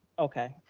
okay,